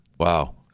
Wow